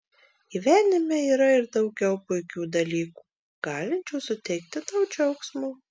gyvenime yra ir daugiau puikių dalykų galinčių suteikti tau džiaugsmo